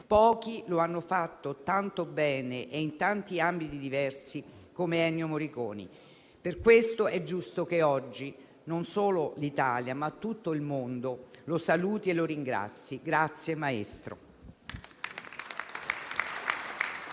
Pochi lo hanno fatto tanto bene e in tanti ambiti diversi come Ennio Morricone. Per questo è giusto che oggi non solo l'Italia, ma tutto il mondo lo saluti e lo ringrazi. Grazie maestro!